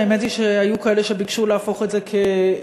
האמת היא שהיו כאלה שביקשו להפוך את זה לחוק,